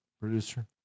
Producer